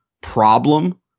problem